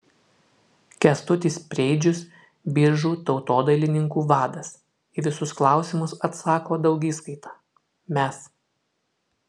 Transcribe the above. kęstutis preidžius biržų tautodailininkų vadas į visus klausimus atsako daugiskaita mes